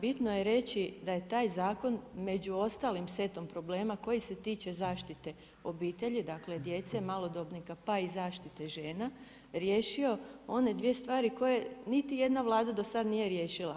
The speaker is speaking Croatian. Bitno je reći da je taj zakon među ostalim setom problema koji se tiče zaštite obitelji, dakle, djece, malodobnika, pa i zaštite žena, riješio one dvije stvari koje niti jedna Vlada nije do sada riješila.